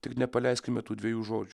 tik nepaleiskime tų dviejų žodžių